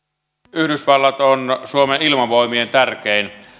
yhdysvallat on suomen ilmavoimien tärkein